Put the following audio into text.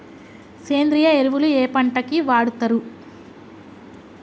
సేంద్రీయ ఎరువులు ఏ పంట కి వాడుతరు?